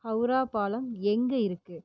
ஹவுரா பாலம் எங்கே இருக்கு